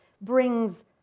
brings